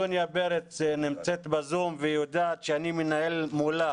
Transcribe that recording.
סוניה פרץ נמצאת בזום והיא יודעת שאני מנהל מולה